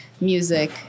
music